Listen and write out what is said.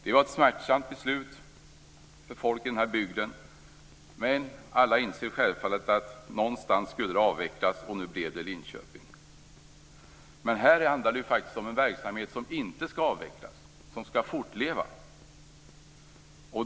Det var ett smärtsamt beslut för folk i den här bygden. Självfallet inser dock alla att någonstans skulle det avvecklas, och nu blev det i Linköping. Men här handlar det faktiskt om en verksamhet som inte skall avvecklas utan fortleva.